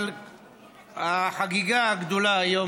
אבל החגיגה הגדולה היום,